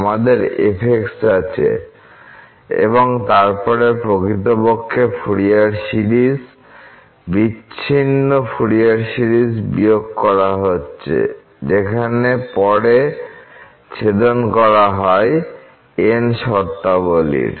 আমাদের f আছে এবং তারপরে প্রকৃতপক্ষে ফুরিয়ার সিরিজ বিচ্ছিন্ন ফুরিয়ার সিরিজ বিয়োগ করা হচ্ছে যেখানে পরে ছেদন করা হয় n শর্তাবলীর